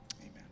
amen